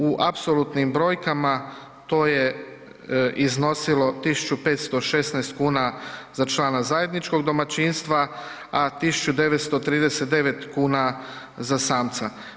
U apsolutnim brojkama to je iznosilo 1.516 kuna za člana zajedničkog domaćinstva, a 1.939 kuna za samca.